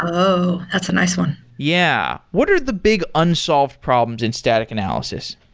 oh, that's a nice one yeah. what are the big unsolved problems in static analysis?